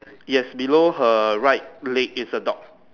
yes below her right leg is a dog